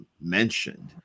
mentioned